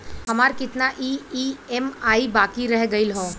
हमार कितना ई ई.एम.आई बाकी रह गइल हौ?